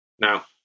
Now